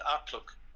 outlook